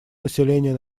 население